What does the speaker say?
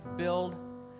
Build